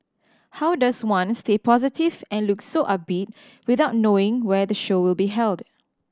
how does one stay positive and look so upbeat without knowing where the show will be held